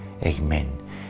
Amen